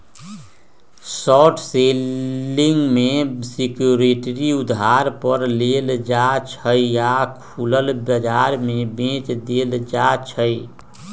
short selling में security उधार पर लेल जाइ छइ आऽ खुलल बजार में बेच देल जाइ छइ